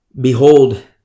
Behold